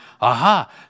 aha